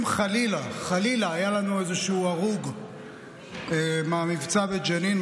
אם חלילה חלילה היה לנו איזשהו הרוג מהמבצע בג'נין,